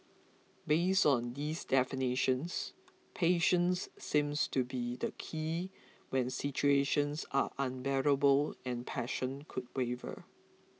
based on these definitions patience seems to be the key when situations are unbearable and passion could